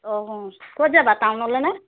অঁ ক'ত যাবা টাউনলৈ ন